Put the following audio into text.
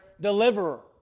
deliverer